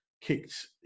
kicked